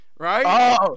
Right